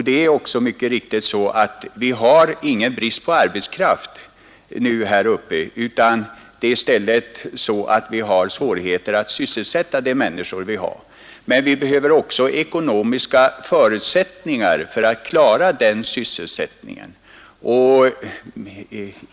Det är ocksa mycket riktigt så att vi har ingen brist på arbetskraft nu utan vi har i stället svårigheter att sysselsätta människorna här uppe. Men vi behöver också ekonomiska förutsättningar för att klara den sysselsättningen.